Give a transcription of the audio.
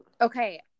okay